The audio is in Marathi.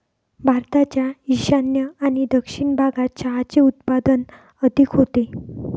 भारताच्या ईशान्य आणि दक्षिण भागात चहाचे उत्पादन अधिक होते